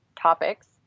topics